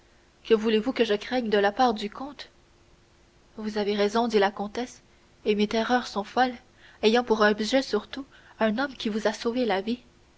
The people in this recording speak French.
que voulez-vous que je craigne de la part du comte vous avez raison dit la comtesse et mes terreurs sont folles ayant pour objet surtout un homme qui vous a sauvé la vie